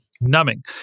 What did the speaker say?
Numbing